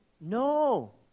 no